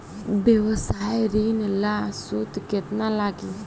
व्यवसाय ऋण ला सूद केतना लागी?